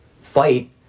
fight